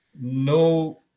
no